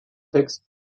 text